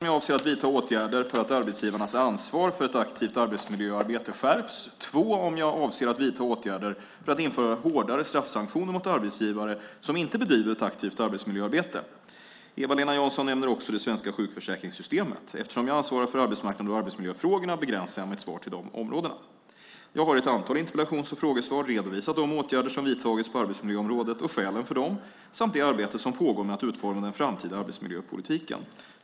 Herr talman! Eva-Lena Jansson har ställt följande frågor till mig: 1. Om jag avser att vidta åtgärder för att arbetsgivarnas ansvar för ett aktivt arbetsmiljöarbete skärps. 2. Om jag avser att vidta åtgärder för att införa hårdare straffsanktioner mot arbetsgivare som inte bedriver ett aktivt arbetsmiljöarbete. Eva-Lena Jansson nämner också det svenska sjukförsäkringssystemet. Eftersom jag ansvarar för arbetsmarknads och arbetsmiljöfrågorna begränsar jag mitt svar till de områdena. Jag har i ett antal interpellations och frågesvar redovisat de åtgärder som vidtagits på arbetsmiljöområdet och skälen för dem samt det arbete som pågår med att utforma den framtida arbetsmiljöpolitiken.